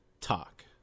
talk